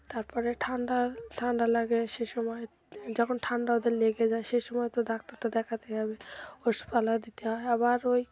তার পরে ঠান্ডা ঠান্ডা লাগে সে সময় যখন ঠান্ডা ওদের লেগে যায় সে সময় তো ডাক্তার তো দেখাতেই হবে ওষুধপালা দিতে হয় আবার ওই